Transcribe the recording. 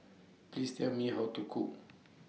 Please Tell Me How to Cook